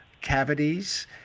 cavities